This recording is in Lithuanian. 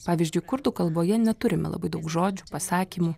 pavyzdžiui kurdų kalboje neturime labai daug žodžių pasakymų